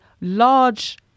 large